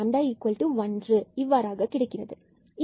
எனவே 32 λ1 கிடைக்கிறது